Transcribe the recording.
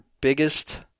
biggest